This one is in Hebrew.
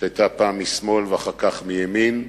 שהיתה פעם משמאל ואחר כך מימין.